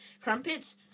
crumpets